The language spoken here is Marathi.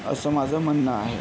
असं माझं म्हणणं आहे